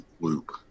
loop